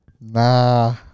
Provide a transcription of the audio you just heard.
Nah